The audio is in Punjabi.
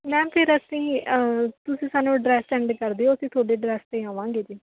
ਮੈਮ ਫਿਰ ਅਸੀਂ ਤੁਸੀਂ ਸਾਨੂੰ ਐਡਰੈੱਸ ਸੈਂਡ ਕਰ ਦਿਓ ਅਸੀਂ ਤੁਹਾਡੇ ਐਡਰੈੱਸ 'ਤੇ ਆਵਾਂਗੇ ਜੀ